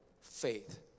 faith